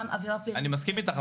עבירה פלילית --- אני מסכים איתך,